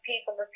people